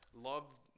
Love